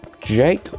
Jake